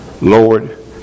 Lord